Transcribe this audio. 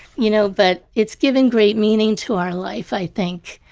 you know, but it's given great meaning to our life, i think,